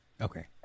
Okay